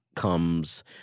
comes